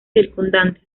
circundantes